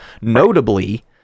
Notably